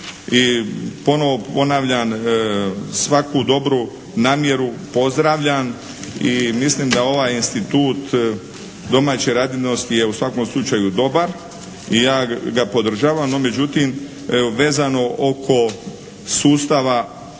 i ponovo ponavljam svaku dobru namjeru pozdravljam i mislim da ovaj institut domaće radinosti je u svakom slučaju dobar i ja ga podržavam, no međutim evo vezano oko sustava